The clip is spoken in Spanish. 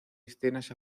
escenas